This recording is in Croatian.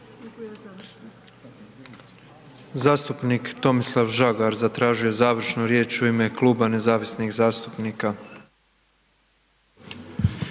Zastupnik Tomislav Žagar zatražio je završnu riječ u ime Kluba nezavisnih zastupnika.